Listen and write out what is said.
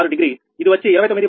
6 డిగ్రీఇది వచ్చి 29